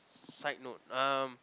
sidenote um